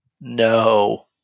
No